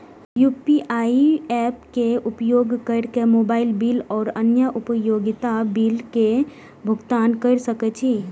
हम UPI apps के उपयोग केर के मोबाइल बिल और अन्य उपयोगिता बिल के भुगतान केर सके छी